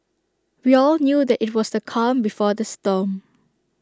we all knew that IT was the calm before the storm